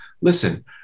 listen